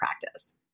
practice